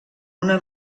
una